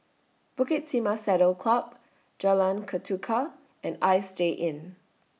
Bukit Timah Saddle Club Jalan Ketuka and Istay Inn